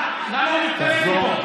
למה הוא מתקרב לפה?